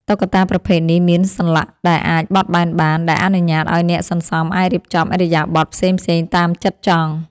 តុក្កតាប្រភេទនេះមានសន្លាក់ដែលអាចបត់បែនបាន ដែលអនុញ្ញាតឱ្យអ្នកសន្សំអាចរៀបចំឥរិយាបថផ្សេងៗតាមចិត្តចង់។